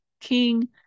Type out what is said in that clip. king